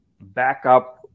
backup